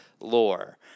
lore